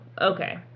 Okay